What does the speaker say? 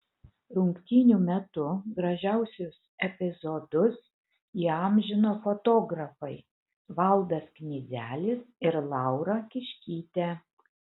rungtynių metu gražiausius epizodus įamžino fotografai valdas knyzelis ir laura kiškytė